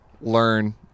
learn